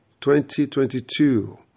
2022